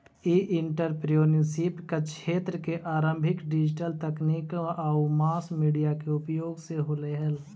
ई entrepreneurship क्क्षेत्र के आरंभ डिजिटल तकनीक आउ मास मीडिया के उपयोग से होलइ हल